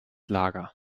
lager